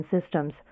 systems